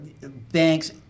banks